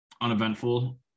uneventful